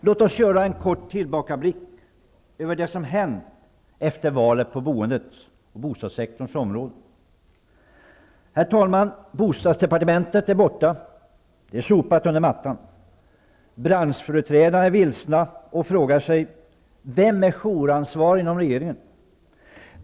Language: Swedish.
Låt oss göra en kort tillbakablick på det som hänt efter valet på bostadssektorns område. Bostadsdepartementet är borta. Det är sopat under mattan. Branschföreträdare är vilsna och frågar sig: Vem är huvudansvarig inom regeringen?